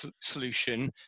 solution